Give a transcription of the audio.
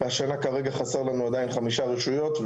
והשנה כרגע חסר לנו 5 רשויות,